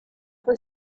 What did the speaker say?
for